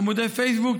עמודי פייסבוק,